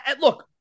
look